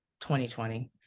2020